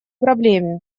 проблеме